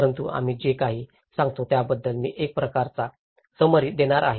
परंतु आम्ही जे काही सांगतो त्याबद्दल मी एक प्रकारचा समरी देणार आहे